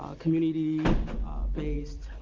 ah community based,